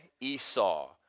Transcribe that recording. Esau